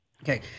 okay